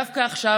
דווקא עכשיו,